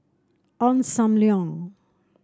Ong Sam Leong